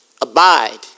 Abide